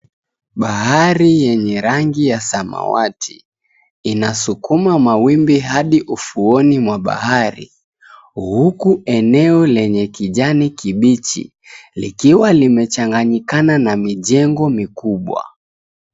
Bahari yenye rangi ya samawati inasukuma mawimbi hadi ufuoni mwa bahari huku eneo lenye kijani kibichi likiw limechanganyikana na mijengo mikubwa.